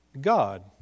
God